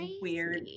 weird